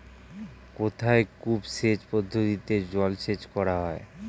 কোথায় কূপ সেচ পদ্ধতিতে জলসেচ করা হয়?